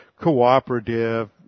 cooperative